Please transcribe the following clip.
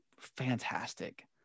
fantastic